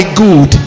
good